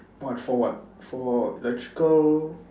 what for what for electrical